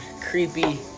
creepy